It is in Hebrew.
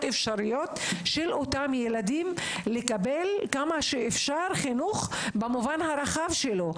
האפשרויות של אותם ילדים לקבל כמה שאפשר חינוך במובן הרחב שלו.